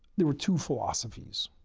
there were two philosophies.